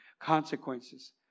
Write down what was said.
Consequences